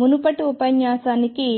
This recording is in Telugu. మునుపటి ఉపన్యాసానికి